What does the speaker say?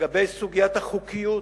לגבי סוגיית החוקיות,